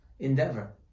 endeavor